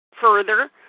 Further